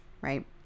right